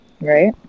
Right